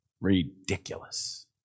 Ridiculous